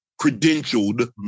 credentialed